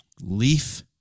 Leaf